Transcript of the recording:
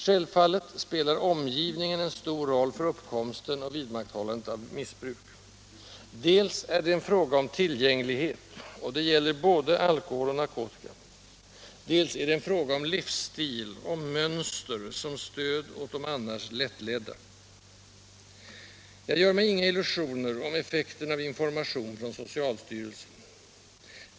Självfallet spelar omgivningen en stor roll för uppkomsten och vidmakthållandet av missbruk. Dels är det en fråga om tillgänglighet — det gäller både alkohol och narkotika —, dels är det en fråga om livsstil, om mönster som stöd åt de annars lättledda. Jag gör mig inga illusioner om effekten av information från socialstyrelsen.